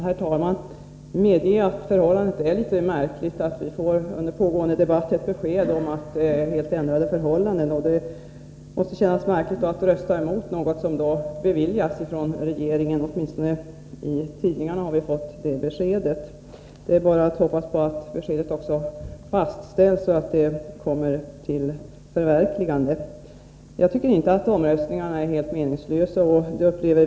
Herr talman! Medge att det är litet märkligt att under pågående debatt få ett besked om helt ändrade förhållanden. Det måste kännas konstigt att rösta emot något som regeringen har beviljat. I varje fall har vi fått det beskedet i tidningarna. Det är bara att hoppas att beskedet stämmer med verkligheten. Jag tycker inte att omröstningarna här är meningslösa.